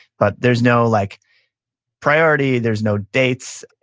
but there's no like priority. there's no dates.